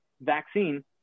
vaccine